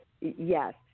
Yes